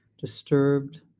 disturbed